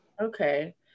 Okay